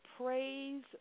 praise